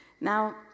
Now